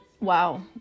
wow